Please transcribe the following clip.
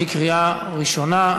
בקריאה ראשונה.